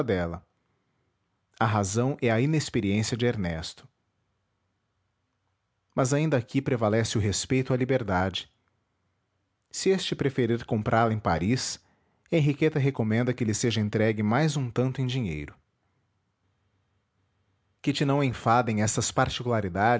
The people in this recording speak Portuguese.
dela a razão é a inexperiência de ernesto mas ainda aqui prevalece o respeito à liberdade se este preferir comprá-la em paris henriqueta recomenda que lhe seja entregue mais um tanto em dinheiro que te não enfadem estas